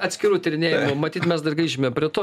atskirų tyrinėjimų matyt mes dar grįšime prie to